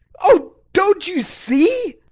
oh, don't you see?